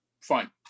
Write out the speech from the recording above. fine